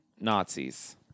Nazis